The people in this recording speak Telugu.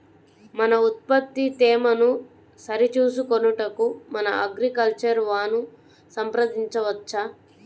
మన ఉత్పత్తి తేమను సరిచూచుకొనుటకు మన అగ్రికల్చర్ వా ను సంప్రదించవచ్చా?